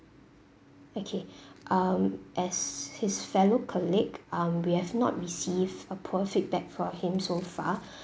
okay um as his fellow colleague um we have not received a poor feedback for him so far